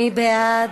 מי בעד?